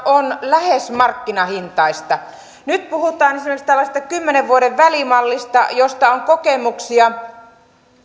on lähes markkinahintaista nyt puhutaan esimerkiksi tällaisesta kymmenen vuoden välimallista josta on kokemuksia